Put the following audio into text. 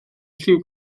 lliw